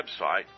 website